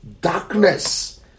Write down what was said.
darkness